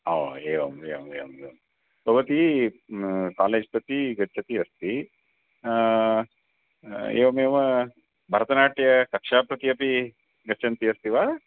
ओ एवम् एवम् एवम् एवं भवती कालेज् प्रति गच्छती अस्ति एवमेव भरतनाट्यं कक्षां प्रति अपि गच्छन्ति अस्ति वा